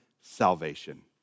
salvation